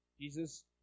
Jesus